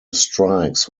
strikes